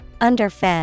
underfed